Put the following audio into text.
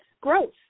growth